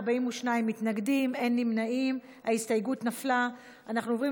ההסתייגות (2)